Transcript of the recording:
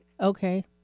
okay